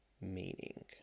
Meaning